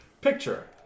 Picture